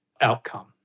outcome